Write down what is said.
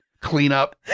cleanup